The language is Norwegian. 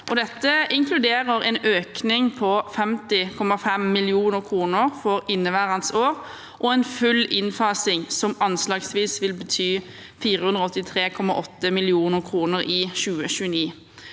Dette inkluderer en økning på 50,5 mill. kr for inneværende år og en full innfasing, som anslagsvis vil bety 483,8 mill. kr i 2029.